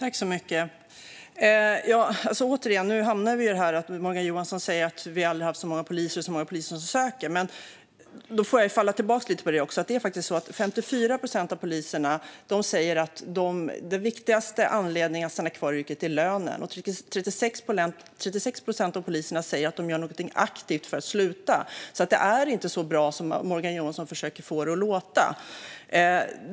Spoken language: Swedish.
Fru talman! Nu säger Morgan Johansson återigen att vi aldrig har haft så många poliser och att så många poliser söker. Då vill jag falla tillbaka lite på detta och säga att det faktiskt är så att 54 procent av poliserna anger att den viktigaste anledningen att stanna kvar i yrket är lönen, medan 36 procent av poliserna säger att de aktivt gör någonting för att sluta. Det är alltså inte så bra som Morgan Johansson försöker få det att låta.